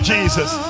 Jesus